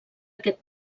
aquest